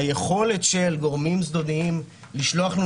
היכולת של גורמים זדוניים לשלוח לנו